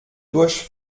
durch